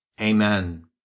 Amen